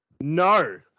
No